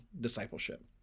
discipleship